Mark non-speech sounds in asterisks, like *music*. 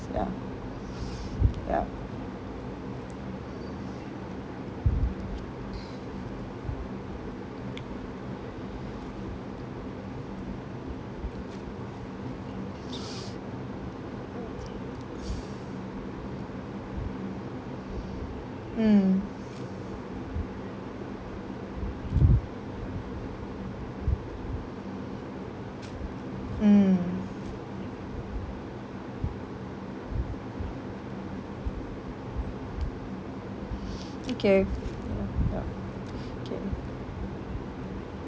ya *noise* ya *noise* mm mm *noise* okay ya ya *noise* K